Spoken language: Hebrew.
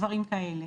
דברים כאלה.